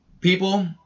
people